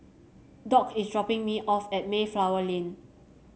Dock is dropping me off at Mayflower Lane